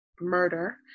murder